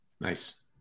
Nice